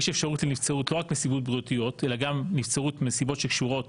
יש אפשרות לנבצרות לא רק מסיבות בריאותיות אלא גם נבצרות מסיבות שקשורות